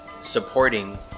supporting